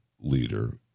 leader